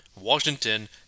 Washington